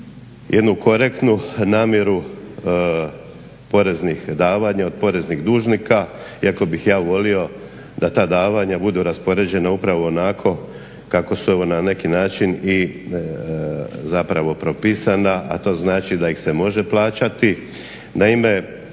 jednu korektnu namjeru poreznih davanja od poreznih dužnika iako bih ja voli da ta davanja budu raspoređena upravo onako kako su ona na neki način i zapravo propisana, a to znači da ih se može plaćati. Naime,